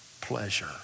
pleasure